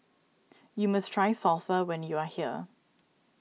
you must try Salsa when you are here